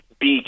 beach